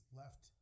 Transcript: left